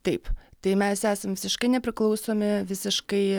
taip tai mes esam visiškai nepriklausomi visiškai